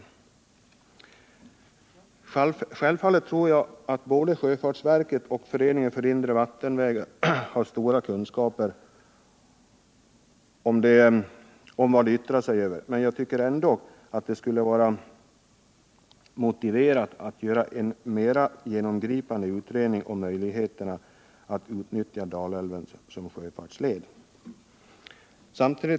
Självfallet tror jag att både sjöfartsverket och Föreningen för inre vattenvägar har stora kunskaper om vad de yttrar sig över, men jag tycker ändock att det skulle vara motiverat att göra en mera genomgripande utredning om möjligheterna att utnyttja Dalälven som sjöfartsled.